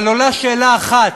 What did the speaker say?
אבל עולה שאלה אחת: